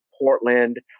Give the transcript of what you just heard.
portland